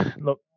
look